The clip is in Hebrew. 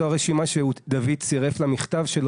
זו הרשימה שדוד צירף למכתב שלו,